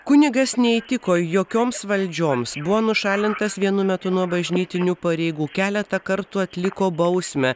kunigas neįtiko jokioms valdžioms buvo nušalintas vienu metu nuo bažnytinių pareigų keletą kartų atliko bausmę